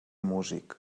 músic